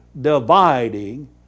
dividing